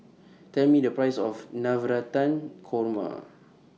Tell Me The Price of Navratan Korma